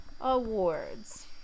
awards